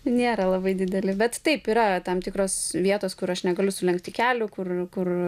nėra labai dideli bet taip yra tam tikros vietos kur aš negaliu sulenkti kelių kur kur